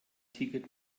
ticket